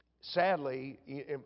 sadly